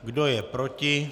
Kdo je proti?